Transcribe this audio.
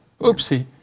Oopsie